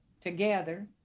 together